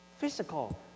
physical